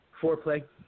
foreplay